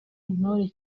intore